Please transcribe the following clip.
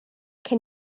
can